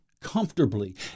comfortably